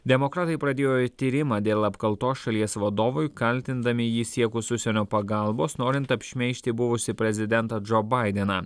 demokratai pradėjo tyrimą dėl apkaltos šalies vadovui kaltindami jį siekus užsienio pagalbos norint apšmeižti buvusį prezidentą džo baideną